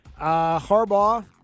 Harbaugh